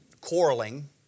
quarreling